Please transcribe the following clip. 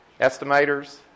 Estimators